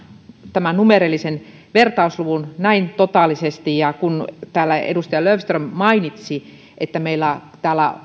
tämän numeerisen vertausluvun näin totaalisesti kun täällä edustaja löfström mainitsi että meillä täällä